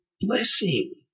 blessing